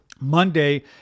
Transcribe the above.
Monday